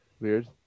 Weird